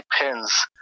depends